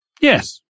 Yes